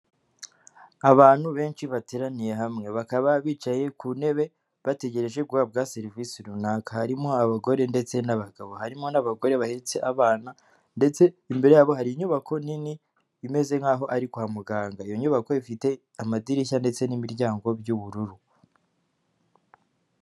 Abantu benshi bateraniye hamwe bakaba bicaye ku ntebe bategereje guhabwa serivisi runaka, harimo abagore ndetse n'abagabo, harimo n'abagore bahetse abana ndetse imbere yabo hari inyubako nini imeze nk'aho ari kwa muganga, iyo nyubako ifite amadirishya ndetse n'imiryango by'ubururu.